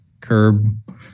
curb